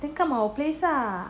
then come to our place lah